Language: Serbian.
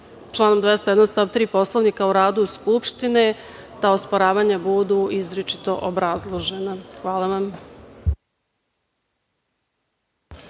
članom 201. stav 3. Poslovnika o radu Narodne skupštine, ta osporavanja budu izričito obrazložena. Hvala vam.